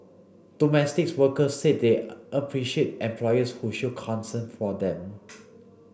domestic workers said they appreciate employers who show concern for them